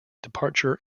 departure